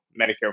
Medicare